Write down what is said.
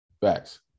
Facts